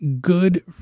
good